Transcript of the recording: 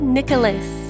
Nicholas